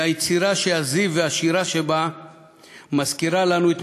היא היצירה שהזיו והשירה שבה "מזכירה לנו את